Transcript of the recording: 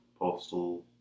postal